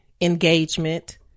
engagement